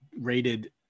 rated